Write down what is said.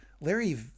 Larry